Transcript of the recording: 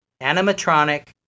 animatronic